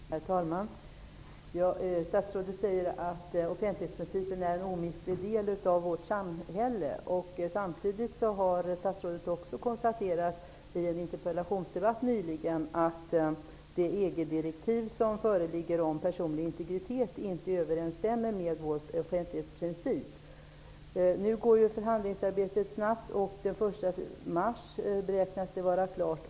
Herr talman! Statsrådet säger att offentlighetsprincipen är en omistlig del av vårt samhälle. Samtidigt har statsrådet i en interpellationsdebatt nyligen konstaterat att det EG-direktiv som föreligger om personlig integritet inte överensstämmer med vår offentlighetsprincip. Nu går förhandlingsarbetet snabbt, och det beräknas vara klart den 1 mars.